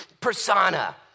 persona